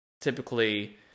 typically